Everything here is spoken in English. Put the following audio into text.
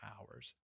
hours